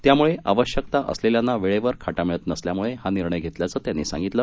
त्यामुळे आवश्यकता असलेल्यांना वेळेवर खाटा मिळत नसल्यामुळे हा निर्णय घेतल्याचं त्यांनी सांगितलं